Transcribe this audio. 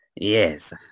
Yes